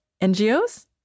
NGOs